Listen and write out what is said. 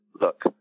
look